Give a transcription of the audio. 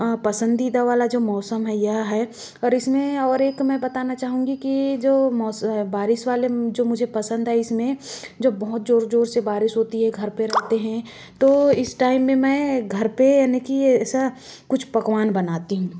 पसंदीदा वाला जो मौसम है यह है और इसमें और एक मैं बताना चाहूँगी कि जो बारिश वाले जो मुझे पसंद हैं इसमें जब बहुत जोर जोर से बारिश होती है घर पे रहते हैं तो इस टाइम में मैं घर पे यानि की ऐसा कुछ पकवान बनाती हूँ